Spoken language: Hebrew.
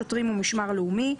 שוטרים ומשמר לאומי,